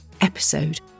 episode